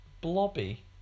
Blobby